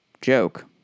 Joke